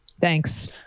Thanks